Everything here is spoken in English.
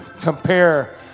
compare